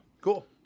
cool